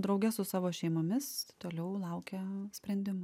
drauge su savo šeimomis toliau laukia sprendimų